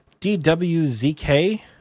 DWZK